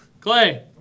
Clay